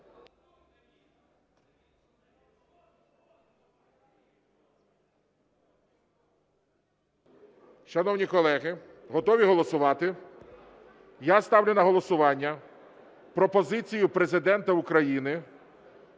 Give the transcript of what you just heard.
Шановні колеги, готові голосувати? Я ставлю на голосування пропозицію Президента України,